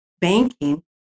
banking